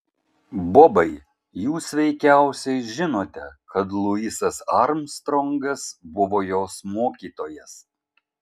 bobai jūs veikiausiai žinote kad luisas armstrongas buvo jos mokytojas